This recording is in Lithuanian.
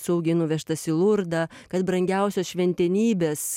saugiai nuvežtas į lurdą kad brangiausios šventenybės